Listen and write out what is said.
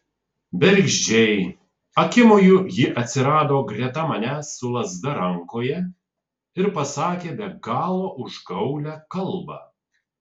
bergždžiai akimoju ji atsirado greta manęs su lazda rankoje ir pasakė be galo užgaulią kalbą